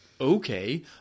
okay